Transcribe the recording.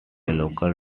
local